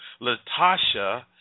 Latasha